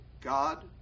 God